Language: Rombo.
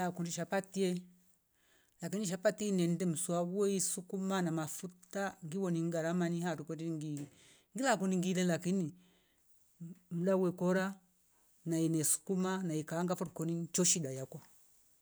Aahh kundi chapati ye lakini shapati inende mswa uwe isukuma na mafuta ngiwo ni ngarama nia harukwete ngi, ngira kuningile lakini mmh mdawe kora nainie sukuma naaikanga famrikoni cho shida yakwa